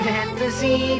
Fantasy